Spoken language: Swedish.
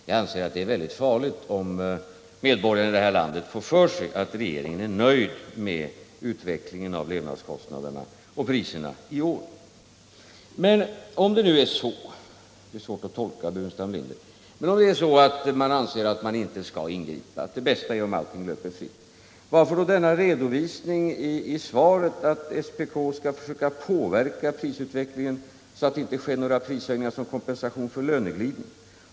Jag anser att det är mycket farligt om medborgarna här i landet får för sig att regeringen är nöjd med utvecklingen av levnadskostnaderna och priserna i år. Men om det nu är så — det är svårt att tolka herr BurenstamLinders uttalanden — att man anser att man inte skall ingripa och att det är bäst att utvecklingen får löpa fritt, varför då denna redovisning i svaret på min fråga, om att SPK skall försöka påverka prisutvecklingen så att det inte sker några prishöjningar som kompensation för löneglidning?